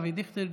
אבי דיכטר,